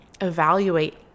evaluate